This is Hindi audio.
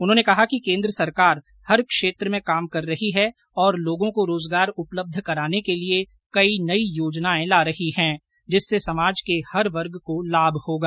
उन्होंने कहा कि केन्द्र सरकार हर क्षेत्र में काम कर रही है और लोगों को रोजगार उपलब्ध कराने के लिए कई नई योजनाएं ला रही हैं जिससे समाज के हर वर्ग को लाभ होगा